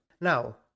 Now